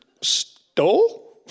Stole